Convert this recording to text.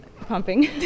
Pumping